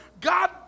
God